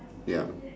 ya